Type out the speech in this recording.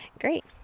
Great